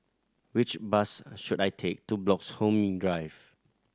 which bus should I take to Bloxhome Drive